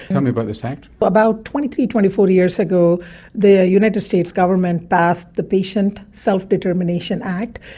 tell me about this act. about twenty three, twenty four years ago the united states government passed the patient self-determination act.